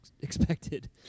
expected